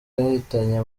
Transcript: yahitanye